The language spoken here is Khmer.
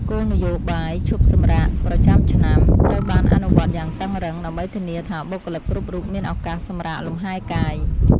គោលនយោបាយឈប់សម្រាកប្រចាំឆ្នាំត្រូវបានអនុវត្តយ៉ាងតឹងរ៉ឹង ដើម្បីធានាថាបុគ្គលិកគ្រប់រូបមានឱកាសសម្រាកលម្ហែកាយ។